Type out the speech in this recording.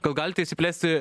gal galite išsiplėsti